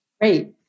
Great